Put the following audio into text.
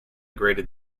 graded